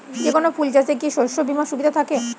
যেকোন ফুল চাষে কি শস্য বিমার সুবিধা থাকে?